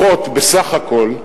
בסך הכול,